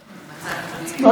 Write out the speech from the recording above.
אי-אפשר ככה.